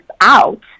out